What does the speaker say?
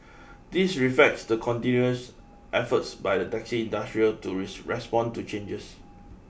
this reflects the continuous efforts by the taxi industry to respond to changes